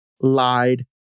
lied